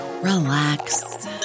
relax